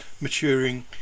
maturing